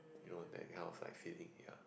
you know that kind of like feeling ya